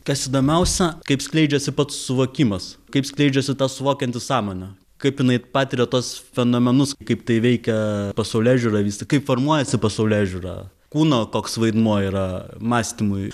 kas įdomiausia kaip skleidžiasi pats suvokimas kaip skleidžiasi ta suvokiant sąmonė kaip jinai patiria tuos fenomenus kaip tai veikia pasaulėžiūrą visą kaip formuojasi pasaulėžiūra kūno koks vaidmuo yra mąstymui